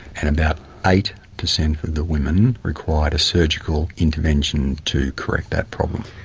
and about eight percent of the women required a surgical intervention to correct that problem.